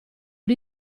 gli